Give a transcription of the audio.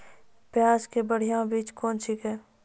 प्याज के बढ़िया बीज कौन छिकै?